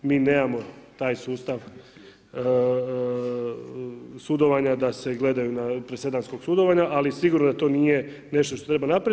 Mi nemamo taj sustav sudovanja da se gledaju na presedanskog sudovanja, ali sigurno da to nije nešto što treba napraviti.